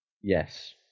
yes